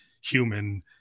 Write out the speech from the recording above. human